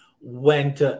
went